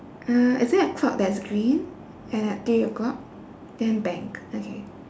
uh is there a clock that's green and at three o'clock then bank okay